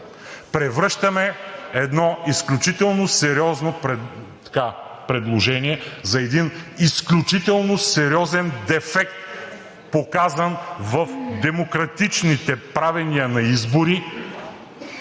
Превръщаме едно изключително сериозно предложение за един изключително сериозен дефект, показан в демократичните правения на избори,